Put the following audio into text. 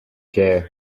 chair